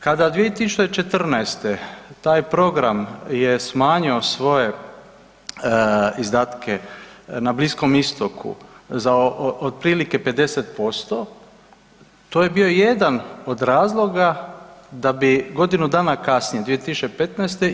Kada 2014. taj program je smanjio svoje izdatke na Bliskom istoku za otprilike 50% to je bio jedan od razloga da bi godinu dana kasnije 2015.